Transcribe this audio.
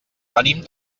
venim